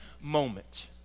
moment